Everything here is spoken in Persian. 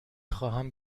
خواهم